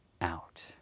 out